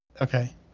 Okay